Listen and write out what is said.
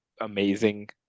amazing